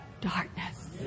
darkness